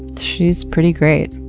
she's pretty great.